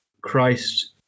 Christ